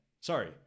Sorry